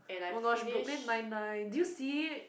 oh-my-gosh Brooklyn Nine Nine did you see it